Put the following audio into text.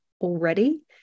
already